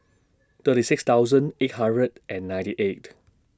thirty six thousand eight hundred and ninety eight